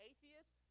Atheists